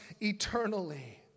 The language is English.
eternally